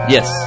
Yes